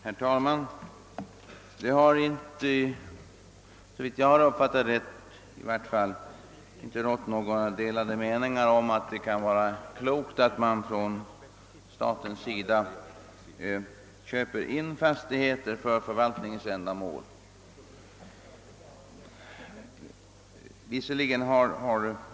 Herr talman! Såvitt jag har uppfattat har det inte rått några delade meningar om det kloka i att staten köper in fastigheter för förvaltningsändamål.